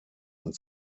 und